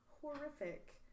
horrific